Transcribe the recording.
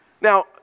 Now